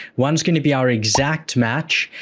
one's going to be our exact match,